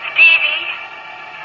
Stevie